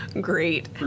great